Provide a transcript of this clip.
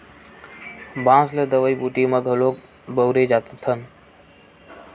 बांस ल दवई बूटी म घलोक बउरे जाथन